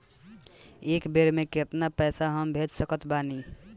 एक बेर मे केतना पैसा हम भेज सकत बानी?